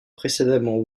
précédemment